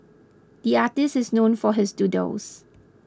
the artist is known for his doodles